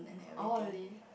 oh really